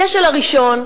הכשל הראשון,